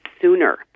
sooner